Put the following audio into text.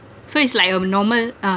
so it's like um normal uh